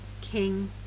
King